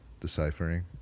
deciphering